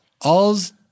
All's